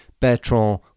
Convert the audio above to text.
Bertrand